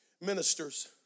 ministers